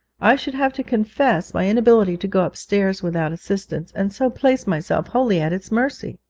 i should have to confess my inability to go upstairs without assistance, and so place myself wholly at its mercy!